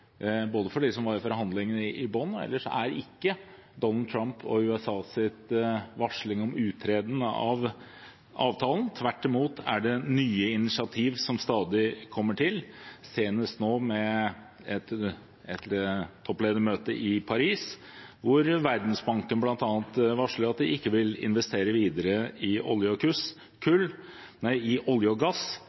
og ikke Donald Trump og USAs varsling om uttreden av avtalen. Tvert imot kommer det stadig nye initiativ, senest nå et toppledermøte i Paris, hvor Verdensbanken bl.a. varsler at de ikke vil investere videre i olje og gass. Vårt eget oljefond har trukket seg ut av kull, og det er også diskusjoner om deler av fondet skal ut av olje og gass.